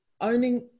owning